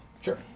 Sure